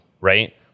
right